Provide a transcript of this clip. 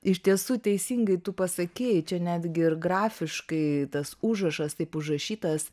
iš tiesų teisingai tu pasakei čia netgi ir grafiškai tas užrašas taip užrašytas